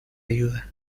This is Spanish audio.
ayuda